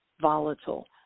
volatile